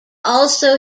also